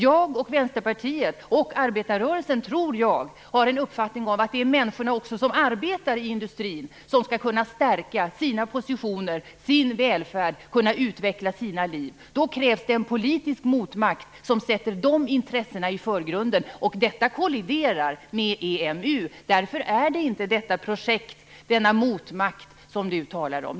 Jag och Vänsterpartiet - och arbetarrörelsen, tror jag - har en uppfattning om att också människorna som arbetar i industrin skall kunna stärka sina positioner och sin välfärd och kunna utveckla sina liv. Det krävs i så fall en politisk motmakt som sätter dessa intressen i förgrunden. Detta kolliderar med EMU, som inte är det projekt och den motmakt som Axel Andersson talar om.